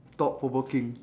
thought provoking